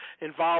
involved